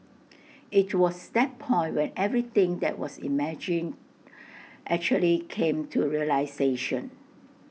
IT was that point when everything that was imagined actually came to realisation